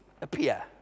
appear